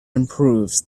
improves